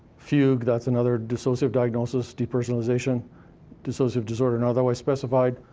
fugue that's another dissociative diagnosis depersonalization dissociative disorder, now, though i specified.